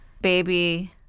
baby